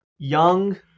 Young